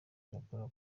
irakora